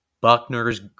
Buckner's